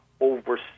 over